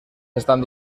están